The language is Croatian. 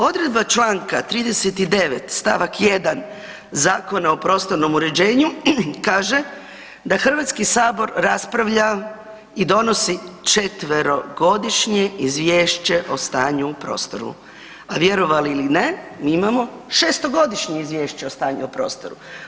Odredba Članka 39. stavak 1. Zakona o prostornom uređenju kaže da Hrvatski sabor raspravlja i donosi četverogodišnje izvješće o stanju u prostoru, a vjerovali ili ne mi imamo šestogodišnje izvješće o stanju u prostoru.